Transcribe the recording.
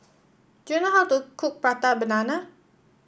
do you know how to cook Prata Banana